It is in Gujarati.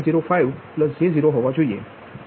05 j 0 હોવા જોઈએ